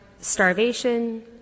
starvation